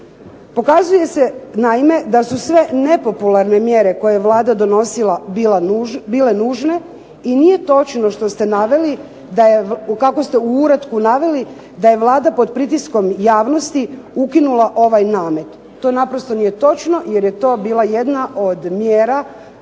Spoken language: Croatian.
Pokazuje se naime da su sve nepopularne mjere koje je Vlada donosila bile nužne i nije točno što ste naveli, kako ste u uratku naveli da je Vlada pod pritiskom javnosti ukinula ovaj namet. To naprosto nije točno, jer je to bila jedna od mjera